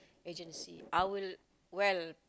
agency I will well